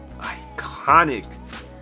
iconic